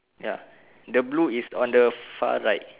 ya the blue is on the far right